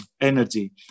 energy